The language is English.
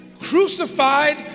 crucified